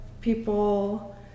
people